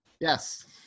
Yes